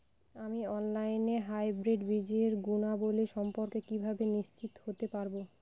আমি অনলাইনে হাইব্রিড বীজের গুণাবলী সম্পর্কে কিভাবে নিশ্চিত হতে পারব?